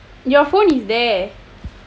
your phone is there